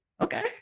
Okay